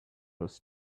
was